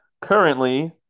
currently